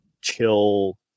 chill